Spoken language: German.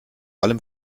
allem